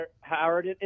Howard